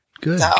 Good